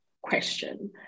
question